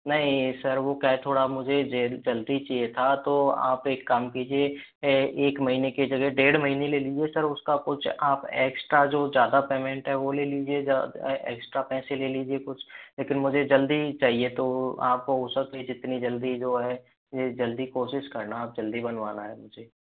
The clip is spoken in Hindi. नहीं सर वो क्या है थोड़ा मुझे जल्दी चाहिए था तो आप एक काम कीजिए एक महीने के जगह डेढ़ महीने ले लीजिए सर उसका कुछ आप एक्सट्रा जो ज्यादा पैमेंट है वो ले लीजिए एक्सट्रा पैसे ले लीजिए कुछ लेकिन मुझे जल्दी चाहिये तो आप हो सके जितनी जल्दी जो है ये जल्दी कोशिश करना आप जल्दी बनवाना है मुझे